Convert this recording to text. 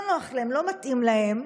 לא נוח להם, לא מתאים להם.